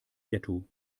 ghetto